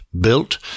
built